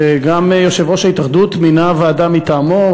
וגם יושב-ראש ההתאחדות מינה ועדה מטעמו,